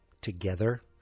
together